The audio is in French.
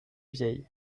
vieilles